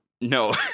No